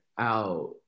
out